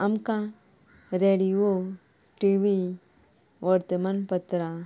आमकां radio TV वर्तमान पत्रां